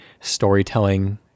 storytelling